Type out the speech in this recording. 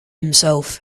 himself